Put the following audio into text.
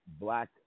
black